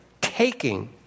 taking